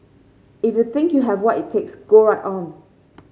if you think you have what it takes go right on